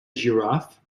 giraffe